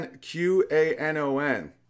Q-A-N-O-N